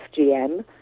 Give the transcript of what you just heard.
FGM